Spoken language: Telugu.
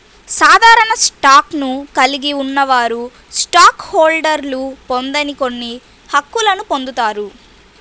సాధారణ స్టాక్ను కలిగి ఉన్నవారు స్టాక్ హోల్డర్లు పొందని కొన్ని హక్కులను పొందుతారు